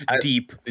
deep